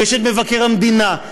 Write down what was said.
ויש מבקר המדינה,